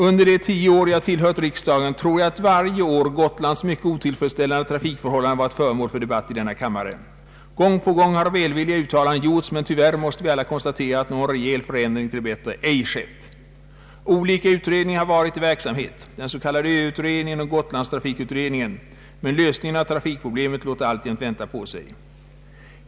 Under de tio år jag till Ang. regionalpolitiken hört riksdagen har, tror jag, Gotlands mycket otillfredsställande trafikförhållanden varje år varit föremål för debatt i denna kammare. Gång på gång har välvilliga uttalanden gjorts, men tyvärr måste vi alla konstatera att någon verklig förändring till det bättre ej skett. Olika utredningar har varit i verksamhet, den s.k. Ö-utredningen och Gotlandstrafikutredningen, men lösningen av trafikproblemet låter alltjämt vänta på sig.